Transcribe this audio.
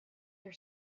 your